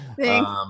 Thanks